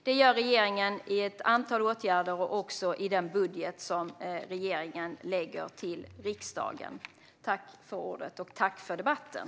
Det gör regeringen i ett antal åtgärder och även i den budget som regeringen lägger fram för riksdagen.